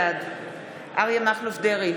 בעד אריה מכלוף דרעי,